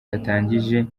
yatangije